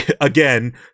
again